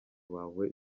wawe